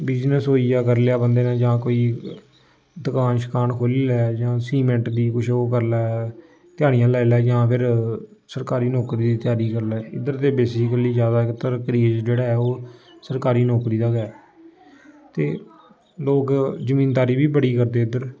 business होई गेआ करी लेआ बंदे ने जां कोई दकान शकान खोह्ल्ली लै जां सीमैंट दी कुछ ओह् करी लै ध्या़ड़ियां लाई लै जां फिर सरकारी नौकरी दी त्यारी करी लै इद्धर ते बेसीकली जैदातर क्रेज जेह्ड़ा ऐ ओह् सरकारी नौकरी दा गै ऐ ते लोक जमीनदारी बी बड़ी करदे इद्धर